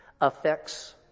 affects